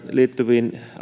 liittyviin